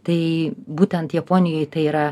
tai būtent japonijoj tai yra